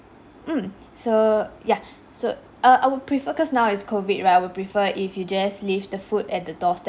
mm so ya so err I would prefer cause now is COVID right I will prefer if you just leave the food at the door~